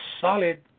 solid